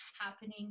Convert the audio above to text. happening